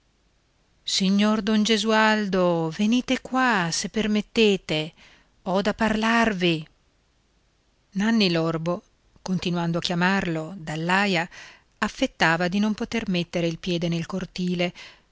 signor don gesualdo venite qua se permettete ho da parlarvi nanni l'orbo continuando a chiamarlo dall'aia affettava di non poter mettere il piede nel cortile